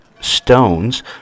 stones